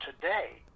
today